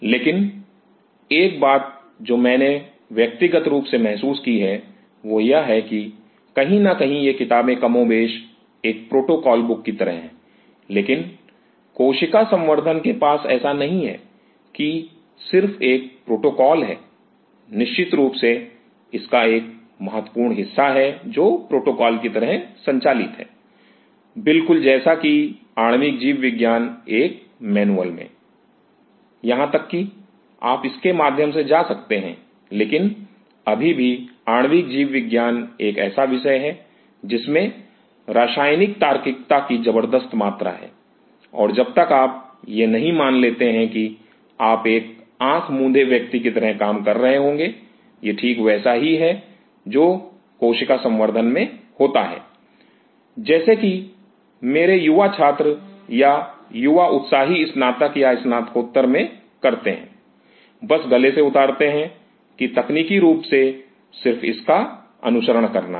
लेकिन एक बात जो मैंने व्यक्तिगत रूप से महसूस की है वह यह है कि कहीं न कहीं ये किताबें कमोबेश एक प्रोटोकॉल बुक की तरह हैं लेकिन कोशिका संवर्धन के पास ऐसा नहीं है कि सिर्फ एक प्रोटोकॉल है निश्चित रूप से इसका एक महत्वपूर्ण हिस्सा है जो प्रोटोकॉल की तरह ही संचालित है बिल्कुल जैसा कि आणविक जीव विज्ञान Refer Time 0501 एक मैनुअल में यहां तक कि आप इसके माध्यम से जा सकते हैं लेकिन अभी भी आणविक जीव विज्ञान एक ऐसा एक विषय है जिसमें रासायनिक तार्किकता की जबर्दस्त मात्रा है और जब तक आप यह मान नहीं लेते कि आप एक आँख मूंदे व्यक्ति की तरह काम कर रहे होंगे यह ठीक वैसा है जो कोशिका संवर्धन में होता है जैसे कि मेरे युवा छात्र या युवा उत्साही स्नातक या स्नातकोत्तर में करते हैं बस गले से उतारते है कि तकनीकी रूप से सिर्फ इसका अनुसरण करना है